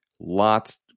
lots